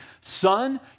son